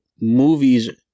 movies